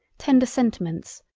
tender sentiments,